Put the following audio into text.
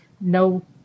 no